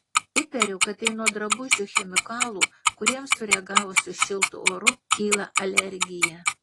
įtariu kad tai nuo drabužių chemikalų kuriems sureagavus su šiltu oru kyla alergija